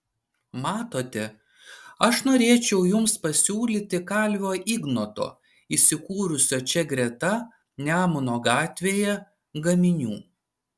matote aš norėčiau jums pasiūlyti kalvio ignoto įsikūrusio čia greta nemuno gatvėje gaminių